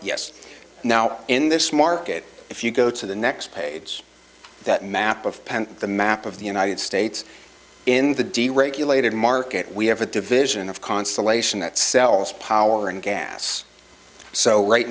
yes now in this market if you go to the next page that map of penn the map of the united states in the deregulated market we have a division of constellation that sells power and gas so right